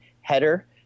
header